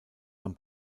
beim